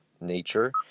nature